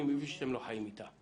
אני מבין שאתם לא חיים אתה,